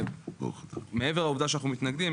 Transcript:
מעבר לעובדה שאנחנו מתנגדים,